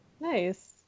Nice